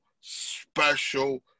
special